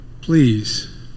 please